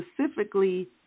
specifically